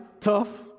tough